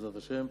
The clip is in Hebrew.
בעזרת השם,